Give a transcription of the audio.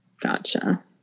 Gotcha